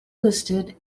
listed